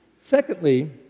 Secondly